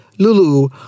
Lulu